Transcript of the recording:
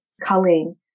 culling